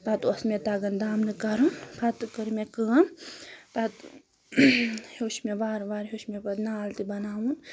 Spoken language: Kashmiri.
پَتہٕ اوس مےٚ تَگان دامنہٕ کَرُن پَتہٕ کٔر مےٚ کٲم پَتہٕ ہیٚوچھ مےٚ وارٕ وارٕ ہیٚوچھ مےٚ پَتہٕ نال تہِ بَناوُن